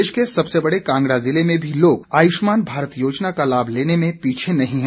प्रदेश के सबसे बड़े कांगड़ा ज़िले में भी लोग आयुष्मान भारत योजना का लाभ लेने में पीछे नहीं है